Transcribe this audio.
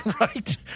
right